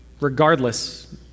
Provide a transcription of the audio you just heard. regardless